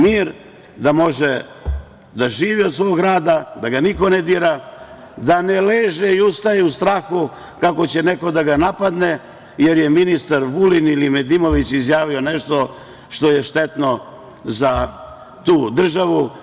Mir da može da živi od svog rada, da ga niko ne dira, da ne leže i ustaje u strahu kako će neko da ga napadne, jer je ministar Vulin ili Nedimović izjavio nešto što je štetno za tu državu.